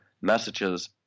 messages